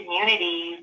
communities